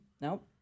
Nope